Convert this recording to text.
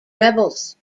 rebels